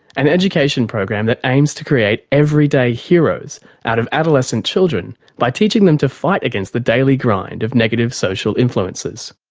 an education program that aims to create everyday heroes out of adolescent children by teaching them to fight against the daily grind of negative social influences.